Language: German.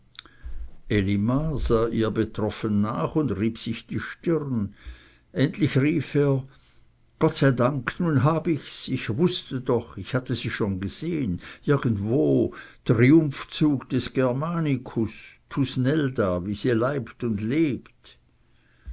ihr betroffen nach und rieb sich die stirn endlich rief er gott sei dank nun hab ich's ich wußte doch ich hatte sie schon gesehn irgendwo triumphzug des germanikus thusnelda wie sie leibt und lebt